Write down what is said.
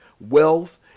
wealth